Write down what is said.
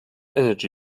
energy